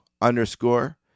underscore